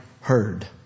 heard